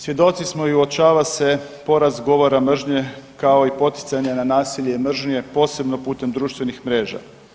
Svjedoci smo i uočava se porast govora mržnje kao i poticanja na nasilje i mržnje posebno putem društvenih mreža.